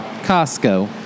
Costco